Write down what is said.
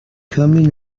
coming